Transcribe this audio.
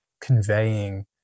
conveying